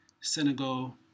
Senegal